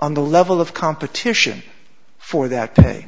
on the level of competition for that day